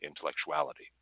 intellectuality